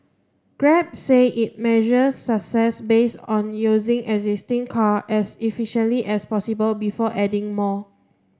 grab says it measures success based on using existing car as efficiently as possible before adding more